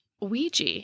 ouija